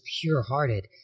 pure-hearted